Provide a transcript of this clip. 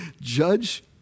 judge